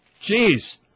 Jeez